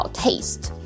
taste 。